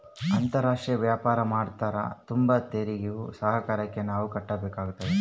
ಅಂತಾರಾಷ್ಟ್ರೀಯ ವ್ಯಾಪಾರ ಮಾಡ್ತದರ ತುಂಬ ತೆರಿಗೆಯು ಸರ್ಕಾರಕ್ಕೆ ನಾವು ಕಟ್ಟಬೇಕಾಗುತ್ತದೆ